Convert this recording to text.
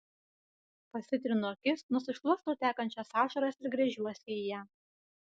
pasitrinu akis nusišluostau tekančias ašaras ir gręžiuosi į ją